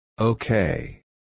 Okay